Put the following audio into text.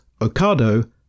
Ocado